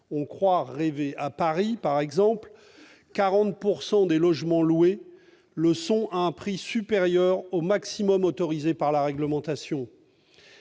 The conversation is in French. on croit rêver ! À Paris, par exemple, 40 % des logements loués le sont à un prix supérieur au maximum autorisé par la réglementation.